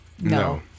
No